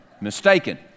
mistaken